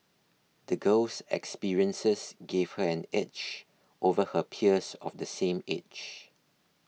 the girl's experiences gave her an edge over her peers of the same age